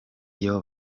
iyo